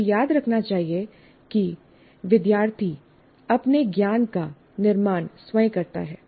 आपको याद रखना चाहिए कि विद्यार्थी अपने ज्ञान का निर्माण स्वयं करता है